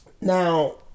Now